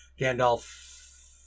Gandalf